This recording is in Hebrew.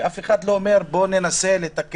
ואף אחד לא אומר: בואו ננסה לתקן.